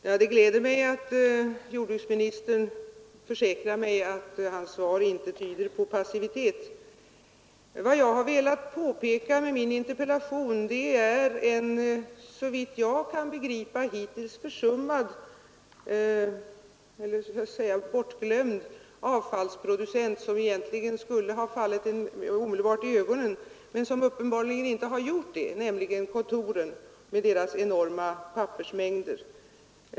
Herr talman! Det gläder mig att jordbruksministern försäkrar mig att hans svar inte tyder på passivitet. Vad jag har velat peka på med min interpellation är en såvitt jag kan begripa hittills bortglömd avfallsproducent, som egentligen borde ha uppmärksammats av alla men som uppenbarligen inte har blivit det, nämligen kontoren med deras enorma pappersmängder.